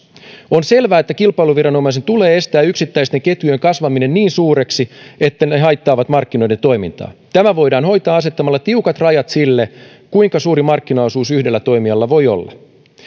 on selvää että kilpailuviranomaisen tulee estää yksittäisten ketjujen kasvaminen niin suureksi että ne haittaavat markkinoiden toimintaa tämä voidaan hoitaa asettamalla tiukat rajat sille kuinka suuri markkinaosuus yhdellä toimijalla voi olla